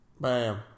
Bam